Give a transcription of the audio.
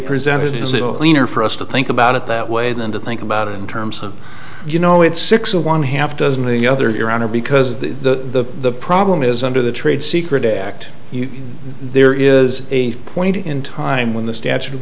a leaner for us to think about it that way than to think about it in terms of you know it's six of one half dozen of the other your honor because the problem is under the trade secret act there is a point in time when the statute of